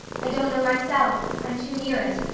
i don't know myself. i'm too near it.